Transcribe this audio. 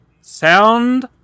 sound